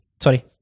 Sorry